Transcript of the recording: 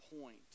point